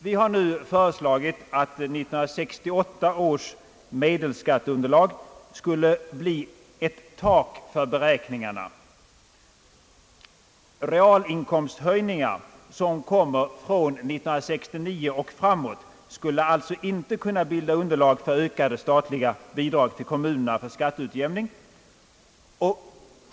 Vi har nu föreslagit att 1968 års medelskatteunderlag skulle bli ett tak för beräkningarna — realinkomsthöjningar som inträffar från 1969 och framåt skulle alltså inte kunna bilda underlag för ökade statliga skatteutjämningsbidrag.